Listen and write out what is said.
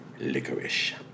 licorice